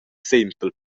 sempel